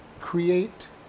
create